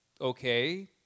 okay